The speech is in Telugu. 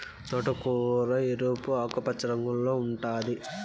తోటకూర ఎరుపు, ఆకుపచ్చ రంగుల్లో ఉంటాది